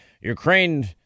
Ukraine